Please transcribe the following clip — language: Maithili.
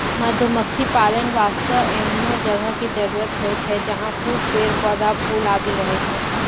मधुमक्खी पालन वास्तॅ एहनो जगह के जरूरत होय छै जहाँ खूब पेड़, पौधा, फूल आदि रहै